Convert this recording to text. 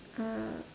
uh